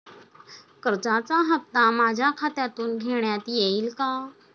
कर्जाचा हप्ता माझ्या खात्यातून घेण्यात येईल का?